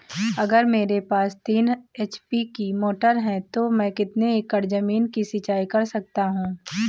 अगर मेरे पास तीन एच.पी की मोटर है तो मैं कितने एकड़ ज़मीन की सिंचाई कर सकता हूँ?